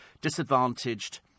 disadvantaged